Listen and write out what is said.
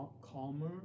calmer